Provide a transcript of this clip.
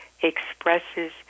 expresses